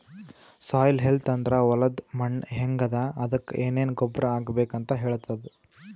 soil health ಅಂದ್ರ ಹೊಲದ್ ಮಣ್ಣ್ ಹೆಂಗ್ ಅದಾ ಅದಕ್ಕ್ ಏನೆನ್ ಗೊಬ್ಬರ್ ಹಾಕ್ಬೇಕ್ ಅಂತ್ ಹೇಳ್ತದ್